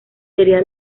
sería